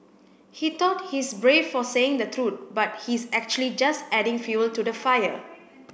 he thought he's brave for saying the truth but he's actually just adding fuel to the fire